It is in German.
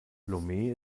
lomé